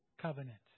covenant